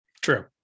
true